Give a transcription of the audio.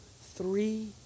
Three